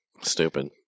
Stupid